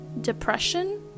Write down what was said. depression